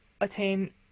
attain